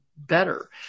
Better